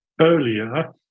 earlier